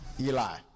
Eli